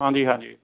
ਹਾਂਜੀ ਹਾਂਜੀ